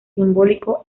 simbólico